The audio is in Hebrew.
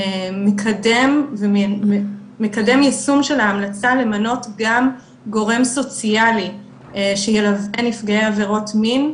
מקדם יישום של ההמלצה למנות גם גורם סוציאלי שילווה נפגעי עבירות מין,